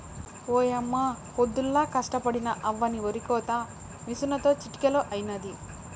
ఓయమ్మ పొద్దుల్లా కష్టపడినా అవ్వని ఒరికోత మిసనుతో చిటికలో అయినాది